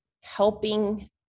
helping